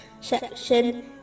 section